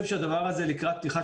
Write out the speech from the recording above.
אתגרים